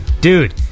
dude